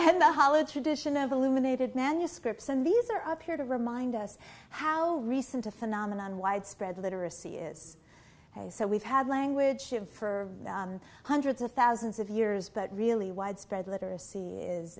and the holiday tradition of illuminated manuscripts and these are up here to remind us how recent a phenomenon widespread literacy is so we've had language for hundreds of thousands of years but really widespread literacy is